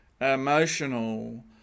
emotional